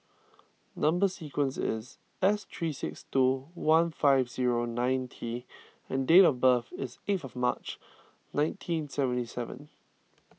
Number Sequence is S three six two one five zero nine T and date of birth is eighth of March nineteen seventy seven